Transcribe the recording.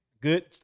Good